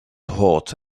hot